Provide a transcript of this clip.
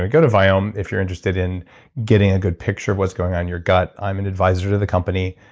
ah go to viome if you're interested in getting a good picture of what's going on in your gut. i'm an advisor to the company.